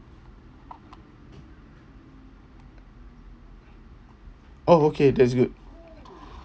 oh okay that's good